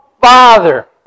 Father